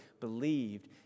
believed